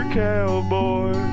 cowboy